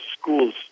schools